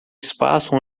espaço